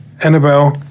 Annabelle